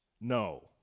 No